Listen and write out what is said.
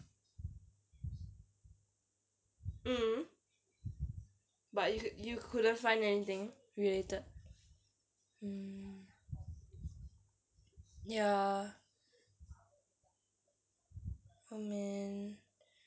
mm but you could you couldn't find anything related mm ya um